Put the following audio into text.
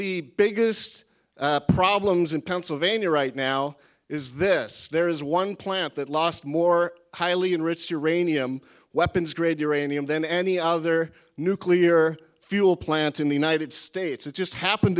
the biggest problems and sylvania right now is this there is one plant that lost more highly enriched uranium weapons grade uranium than any other nuclear fuel plant in the united states it just happened